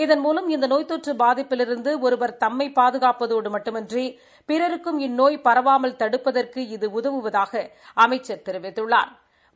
இதன்மூலம் இந்த நோய்தொற்று பாதிப்பிலிருந்து ஒருவா் தம்மை பாதுகாப்பதோடு மட்டுமன்றி பிறருக்கும் இந்நோய் பரவாமல் தடுப்பதற்கு இது உதவுவதாக அமைச்சா் தெரிவித்துள்ளாா்